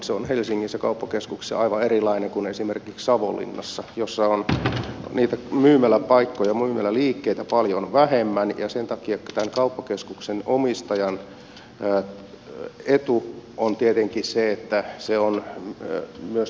se on helsingissä kauppakeskuksissa aivan erilainen kuin esimerkiksi savonlinnassa jossa on niitä myymäläpaikkoja myymäläliikkeitä paljon vähemmän ja sen takia tämän kauppakeskuksen omistajan etu on tietenkin se että myös nämä liikkeet ovat auki